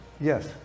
Yes